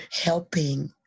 helping